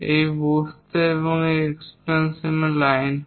এই বস্তু এবং এই এক্সটেনশন লাইন হয়